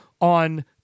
on